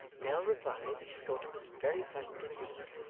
nell replied that she thought it was very pleasant indeed,